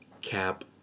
Cap